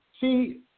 See